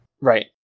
Right